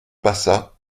passa